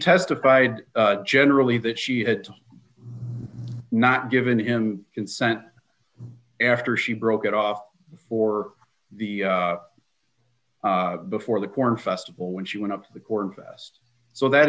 testified generally that she had not given him consent after she broke it off for the before the corn festival when she went up to the corn fest so that